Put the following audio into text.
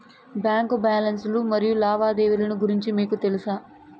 Bank balance లు మరియు లావాదేవీలు గురించి మీకు తెల్సా?